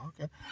okay